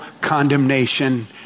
condemnation